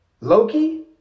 Loki